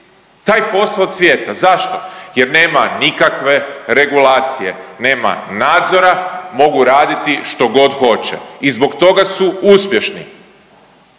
taj posao cvjeta. Zašto? Jer nema nikakve regulacije, nema nadzora, mogu raditi što god hoće i zbog toga su uspješni.